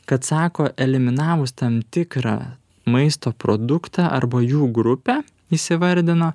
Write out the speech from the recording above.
kad sako eliminavus tam tikrą maisto produktą arba jų grupę jis įvardino